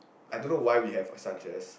I don't know why we have assumptions